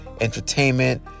entertainment